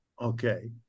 Okay